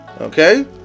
okay